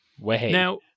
Now